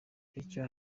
bityo